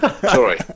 sorry